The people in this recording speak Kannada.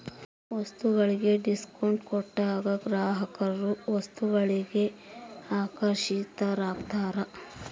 ವಸ್ತುಗಳಿಗೆ ಡಿಸ್ಕೌಂಟ್ ಕೊಟ್ಟಾಗ ಗ್ರಾಹಕರು ವಸ್ತುಗಳಿಗೆ ಆಕರ್ಷಿತರಾಗ್ತಾರ